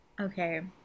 Okay